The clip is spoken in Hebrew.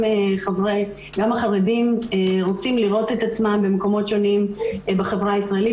גם החרדים רוצים לראות את עצמם במקומות שונים בחברה הישראלית,